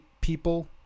people